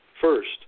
First